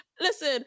Listen